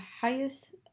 highest